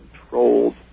controlled